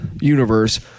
Universe